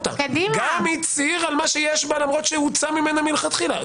גם הצהיר על מה שיש בה למרות שהוא הוצא ממנה מלכתחילה,